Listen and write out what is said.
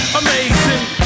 amazing